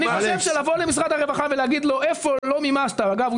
אני חושב שלבוא למשרד הרווחה ולומר לו היכן הוא לא מימש אגב,